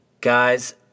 Guys